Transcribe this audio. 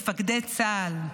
מפקדי צה"ל.